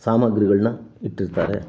ಸಾಮಾಗ್ರಿಗಳನ್ನ ಇಟ್ಟಿರ್ತಾರೆ